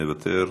מוותר.